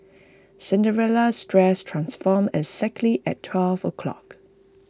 Cinderella's dress transformed exactly at twelve o'clock